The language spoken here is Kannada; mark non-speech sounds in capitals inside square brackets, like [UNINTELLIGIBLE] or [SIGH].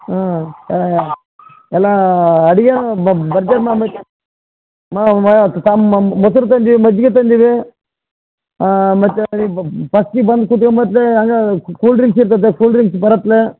ಹಾಂ ಹಾಂ ಎಲ್ಲ ಅಡುಗೆ ಭರ್ಜರಿ ಮಾಡ್ಬೇಕು ಮ ಮ ತಮ್ಮ ಮೊಸ್ರು ತಂದೀವಿ ಮಜ್ಗೆ ತಂದೀವಿ ಮತ್ತು ಫಸ್ಟಿಗೆ ಬಂದು ಕುತ್ಕಂಬ ಮತ್ತು [UNINTELLIGIBLE] ಕೂಲ್ ಡ್ರಿಂಕ್ಸ್ ಇರ್ತದೆ ಕೂಲ್ ಡ್ರಿಂಕ್ಸ್ ಬರುತ್ವೆ